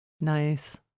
Nice